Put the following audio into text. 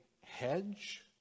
hedge